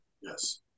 Yes